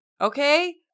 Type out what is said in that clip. Okay